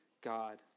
God